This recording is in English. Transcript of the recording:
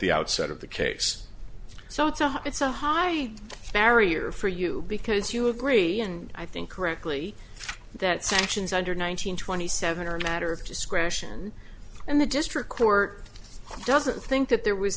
the outset of the case so it's a it's a high barrier for you because you agree and i think correctly that sanctions under nine hundred twenty seven are a matter of discretion and the district court doesn't think that there was